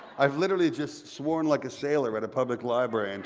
i have literally just sworn like a sailor at a public library and